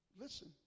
listen